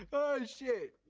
ah shit.